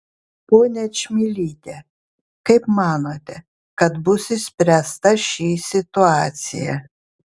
ponia čmilyte kaip manote kad bus išspręsta ši situacija